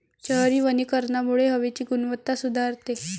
शहरी वनीकरणामुळे हवेची गुणवत्ता सुधारते